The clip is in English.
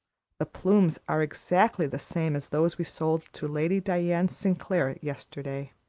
the plumes are exactly the same as those we sold to lady diana sinclair yesterday,